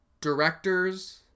directors